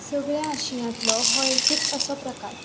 सगळ्या आशियांतलो हो एकूच असो प्रकार